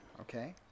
Okay